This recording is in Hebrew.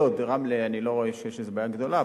ברמלה אני לא רואה שיש איזה בעיה גדולה,